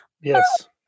Yes